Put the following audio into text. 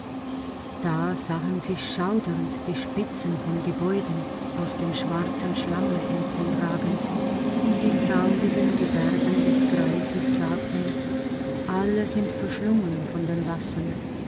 da sahen sie schaudernd die spitzen von gebäuden aus dem schwarzen schlamme emporragen und die traurigen gebärden des greises sagten alle sind verschlungen von den wassern